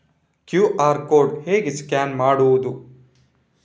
QR code ಹೇಗೆ scan ಮಾಡುವುದು?